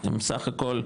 הם סך הכול,